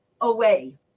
away